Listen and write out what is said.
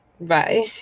Bye